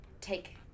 take